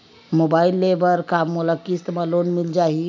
Mobile ले बर का मोला किस्त मा लोन मिल जाही?